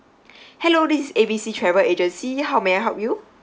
hello this is A B C travel agency how may I help you